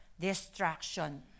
destruction